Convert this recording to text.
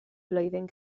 flwyddyn